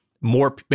more